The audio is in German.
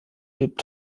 lebt